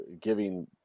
giving